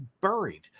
buried